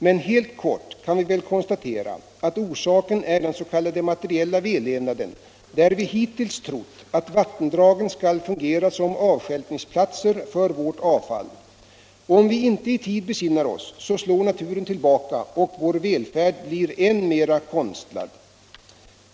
Men helt kort kan vi väl konstatera att orsaken är den s.k. materiella vällevnaden och det förhållandet att vi hittills trott att vattendragen skall fungera som avstjälpningsplatser för vårt avfall. Om vi inte i tid besinnar oss slår naturen tillbaka och vår välfärd blir än mera konstlad.